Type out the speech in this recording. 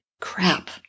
Crap